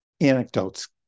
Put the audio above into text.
anecdotes